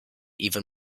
even